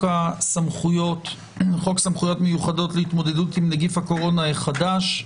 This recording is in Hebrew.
סמכויות מיוחדות להתמודדות עם נגיף הקורונה החדש.